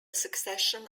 succession